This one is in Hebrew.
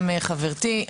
גם חברתי,